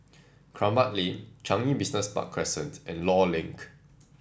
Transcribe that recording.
Kramat Lane Changi Business Park Crescent and Law Link